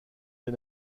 des